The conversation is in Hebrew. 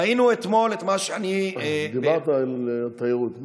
ראינו אתמול את מה שאני, דיברת על התיירות.